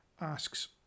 asks